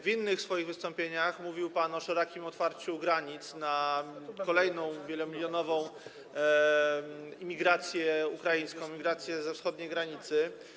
W innych swoich wystąpieniach mówił pan o szerokim otwarciu granic na kolejną wielomilionową imigrację ukraińską, imigrację zza wschodniej granicy.